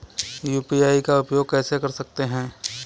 UPI का उपयोग कैसे कर सकते हैं?